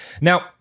Now